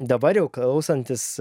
dabar jau klausantis